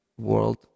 world